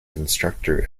instructor